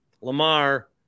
Lamar